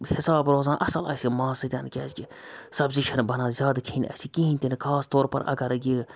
حِساب روزان اَصٕل اَسہِ یہِ ماز سۭتۍ کیٛازکہِ سبزی چھَنہٕ بَنان زیادٕ کھیٚنۍ اَسہِ کِہیٖنۍ تہِ نہٕ خاص طور پَر اَگَر یہِ